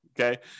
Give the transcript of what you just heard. Okay